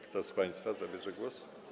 Kto z państwa zabierze głos?